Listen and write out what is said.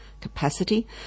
capacity